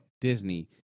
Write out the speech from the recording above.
Disney